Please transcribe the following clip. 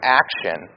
action